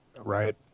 Right